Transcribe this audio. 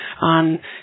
on